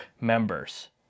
members